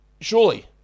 surely